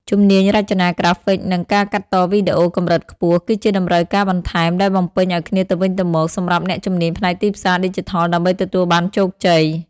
ជំនាញរចនាក្រាហ្វិក និងការកាត់តវីដេអូកម្រិតខ្ពស់ គឺជាតម្រូវការបន្ថែមដែលបំពេញឱ្យគ្នាទៅវិញទៅមកសម្រាប់អ្នកជំនាញផ្នែកទីផ្សារឌីជីថលដើម្បីទទួលបានជោគជ័យ។